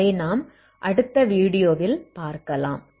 அதை நாம் அடுத்த வீடியோவில் பார்க்கலாம்